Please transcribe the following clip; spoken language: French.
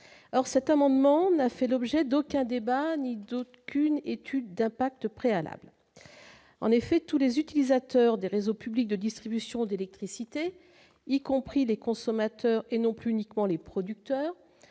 cet amendement n'a fait l'objet d'aucun débat ni d'autant qu'une étude d'impact préalable en effet tous les utilisateurs des réseaux publics de distribution d'électricité, y compris les consommateurs et non plus uniquement les producteurs